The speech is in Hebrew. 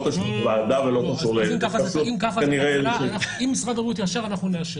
אם ככה, אם משרד הבריאות יאשר, אנחנו נאשר.